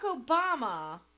Obama